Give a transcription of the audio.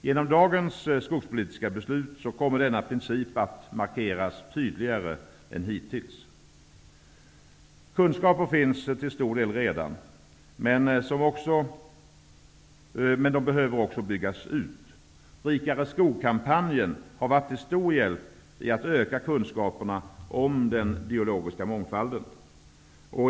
Genom dagens skogspolitiska beslut kommer denna princip att markeras tydligare än hittills. Kunskaper finns till stor del redan, men de behöver också byggas ut. Rikare skog-kampanjen har varit till stor hjälp i att öka kunskaperna om den biologiska mångfalden.